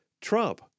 Trump